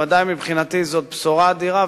מבחינתי זו בשורה אדירה,